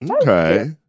Okay